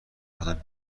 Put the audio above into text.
کدام